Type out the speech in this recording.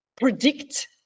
predict